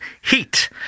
heat